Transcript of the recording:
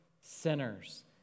sinners